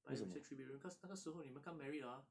buy resale three bedroom cause 那个时候你们刚 married hor